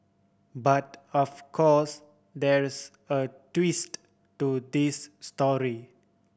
but of course there's a twist to this story